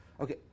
Okay